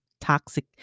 toxic